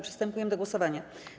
Przystępujemy do głosowania.